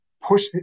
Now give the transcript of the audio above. push